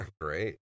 Great